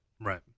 right